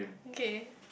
okay